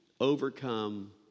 overcome